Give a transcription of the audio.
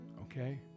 okay